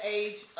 age